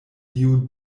dio